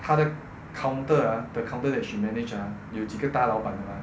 她的 counter ah the counter that she manage ah 有几个大老板的吗